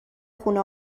خونه